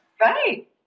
Right